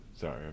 Sorry